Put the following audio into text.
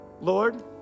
Lord